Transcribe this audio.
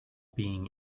being